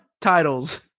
titles